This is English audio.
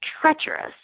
Treacherous